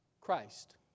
Christ